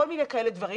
כל מיני כאלה דברים.